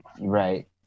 right